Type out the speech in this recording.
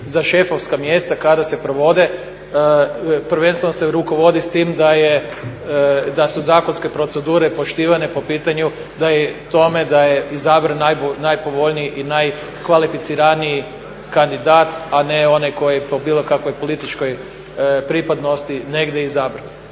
za šefovska mjesta kada se provode prvenstveno se rukovodi s tim da su zakonske procedure poštivane po pitanju tome da je izabran najpovoljniji i najkvalificiraniji kandidat, a ne onaj koji je po bilo kakvoj političkoj pripadnosti negdje izabran.